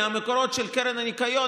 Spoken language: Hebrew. מהמקורות של קרן הניקיון,